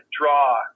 draw